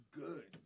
good